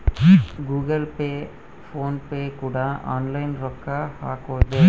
Google Pay PhonePe ಕೂಡ online ರೊಕ್ಕ ಹಕೊದೆ